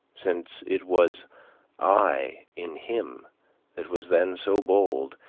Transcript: since it was i in him that was then so bold,